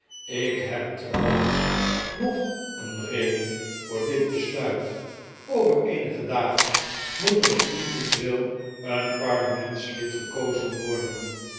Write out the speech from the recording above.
ik heb trouwens nog een reden voor dit besluit over eenige dagen moet er in eatanswill een de pickwick club parlementslid gekozen worden